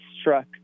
struck